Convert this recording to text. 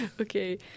Okay